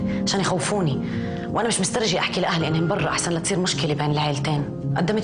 מהווים כמובן את קצה הסקאלה של תופעת האלימות ולכן על